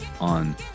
on